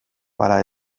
para